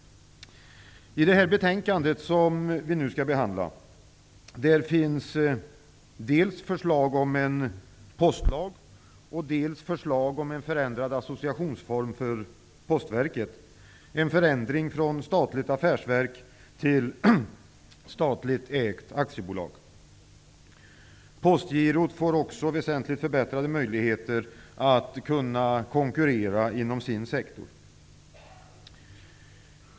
I det betänkande som vi nu skall behandla finns dels förslag om en postlag, dels förslag om en förändrad associationsform för Postverket -- en förändring från statligt affärsverk till statligt ägt aktiebolag. Postgirot får också väsentligt förbättrade möjligheter att konkurrera inom sin sektor.